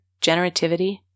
generativity